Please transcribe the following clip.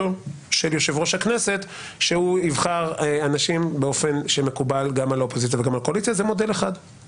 יושב-ראש הכנסת בוחר מביניהם ומביא את המועמד שלו לאישור ועדת כנסת.